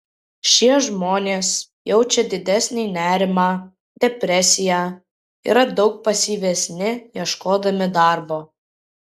šie žmonės jaučia didesnį nerimą depresiją yra daug pasyvesni ieškodami darbo